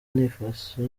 nifashe